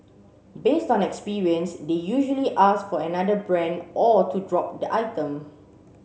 based on experience they usually ask for another brand or to drop the item